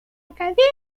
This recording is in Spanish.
academia